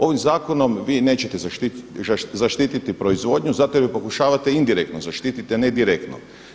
Ovim zakonom vi nećete zaštititi proizvodnju zato jer pokušavate indirektno zaštititi, a ne direktno.